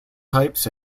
types